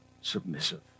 submissive